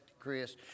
Chris